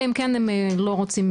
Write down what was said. אלא אם כן הם לא רוצים,